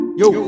yo